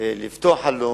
לפתוח חלון,